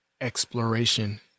exploration